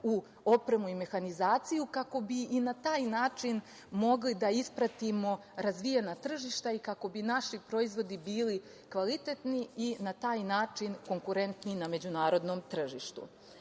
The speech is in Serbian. u opremu i mehanizaciju kako bi i na taj način mogli da ispratimo razvijena tržišta i kako bi naši proizvodi bili kvalitetniji i na taj način konkurentniji na međunarodnom tržištu. Opšte